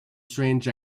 strange